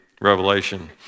Revelation